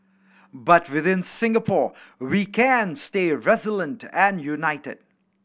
but within Singapore we can stay resilient and united